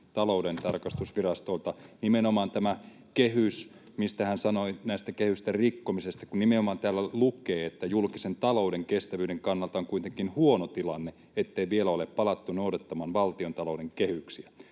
Valtiontalouden tarkastusvirastolta. Tästä kehyksestä, kun hän sanoi näiden kehysten rikkomisesta, täällä nimenomaan lukee: ”Julkisen talouden kestävyyden kannalta on kuitenkin huono tilanne, ettei vielä ole palattu noudattamaan valtiontalouden kehyksiä.